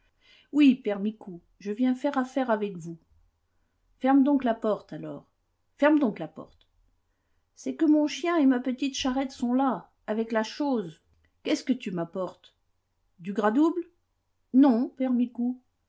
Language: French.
oui père micou je viens faire affaire avec vous ferme donc la porte alors ferme donc la porte c'est que mon chien et ma petite charrette sont là avec la chose qu'est-ce que c'est que tu m'apportes du gras double non père micou